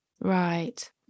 right